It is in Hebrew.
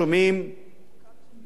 את הפסטיבל הזה של המלחמה,